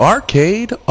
Arcade